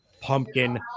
pumpkin